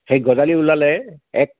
সেই গজালি ওলালে এক